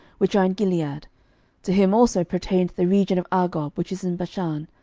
which are in gilead to him also pertained the region of argob, which is in bashan,